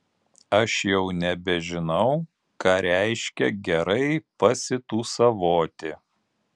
aš jau nebežinau ką reiškia gerai pasitūsavoti